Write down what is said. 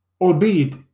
Albeit